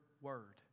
word